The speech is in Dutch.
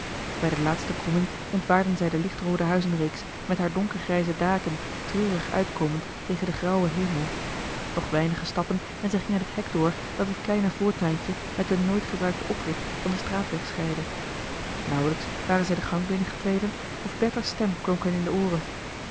bij de laatste kromming ontwaarden zij de lichtroode huizenreeks met haar donkergrijze daken treurig uitkomend tegen den grauwen hemel nog weinige stappen en zij gingen het hek door dat het kleine voortuintje met den nooit gebruikten oprit van den straatweg scheidde nauwelijks waren zij den gang binnengetreden of bertha's stem klonk hun in de ooren